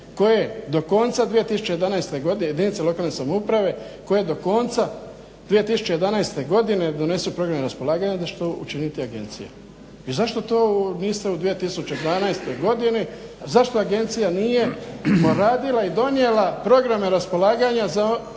koje do konca 2011. godine ne donesu programe raspolaganja da će to učiniti agencija i zašto to niste u 2012. godini, zašto agencija nije poradila i donijela programe raspolaganja za